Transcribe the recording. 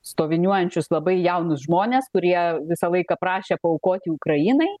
stoviniuojančius labai jaunus žmones kurie visą laiką prašė paaukoti ukrainai